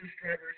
drivers